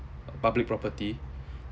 public property